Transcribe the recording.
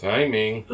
Timing